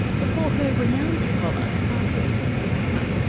before her, renowned scholar francis fukuyama,